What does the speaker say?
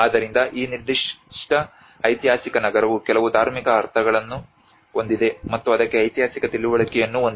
ಆದ್ದರಿಂದ ಈ ನಿರ್ದಿಷ್ಟ ಐತಿಹಾಸಿಕ ನಗರವು ಕೆಲವು ಧಾರ್ಮಿಕ ಅರ್ಥಗಳನ್ನು ಹೊಂದಿದೆ ಮತ್ತು ಅದಕ್ಕೆ ಐತಿಹಾಸಿಕ ತಿಳುವಳಿಕೆಯನ್ನು ಹೊಂದಿದೆ